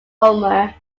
homer